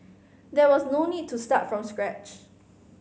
there was no need to start from scratch